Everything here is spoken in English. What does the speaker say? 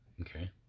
Okay